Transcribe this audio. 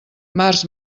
març